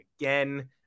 again